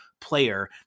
player